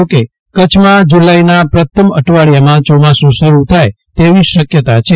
જોકે કચ્છમાં જુલાઇના પ્રથમ અઠવાડિયામાં ચોમાસું શરૂ થાય તેવી શક્યતા છે